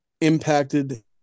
impacted